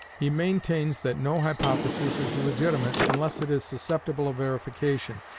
he maintains that no hypothesis is legitimate unless it is susceptible of verification,